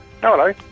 hello